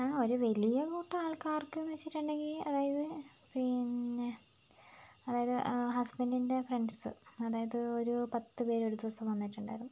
ആ ഒരു വലിയ കൂട്ടം ആൾക്കാർക്കെന്ന് വെച്ചിട്ടുണ്ടെങ്കില് അതായത് പിന്നെ അതായത് ഹസ്ബെൻ്റിൻ്റെ ഫ്രണ്ട്സ് അതായത് ഒരു പത്ത് പേരൊരു ദിവസം വന്നിട്ടുണ്ടായിരുന്നു